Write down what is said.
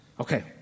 Okay